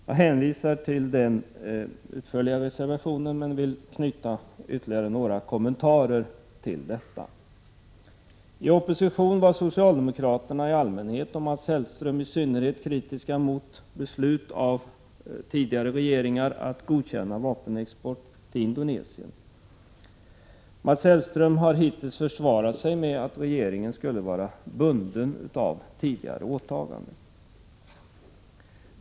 Jag hänvisar till den utförliga reservationen, men jag vill knyta ytterligare några kommentarer till detta. I opposition var socialdemokraterna i allmänhet och Mats Hellström i synnerhet kritiska mot beslut av tidigare regeringar att godkänna vapenexport till Indonesien. Mats Hellström har hittills försvarat sig med att regeringen skulle vara bunden av tidigare åtaganden.